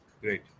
great